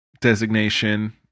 designation